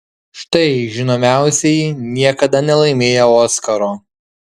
štai žinomiausieji niekada nelaimėję oskaro